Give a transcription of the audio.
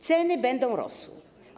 Ceny będą rosły.